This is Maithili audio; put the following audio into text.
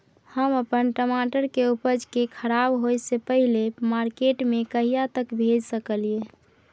हम अपन टमाटर के उपज के खराब होय से पहिले मार्केट में कहिया तक भेज सकलिए?